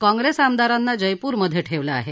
काँग्रेस आमदारांना जयपूरमध्ये ठेवलं आहे